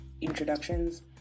introductions